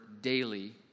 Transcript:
daily